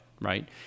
right